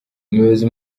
umuyobozi